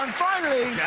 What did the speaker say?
finally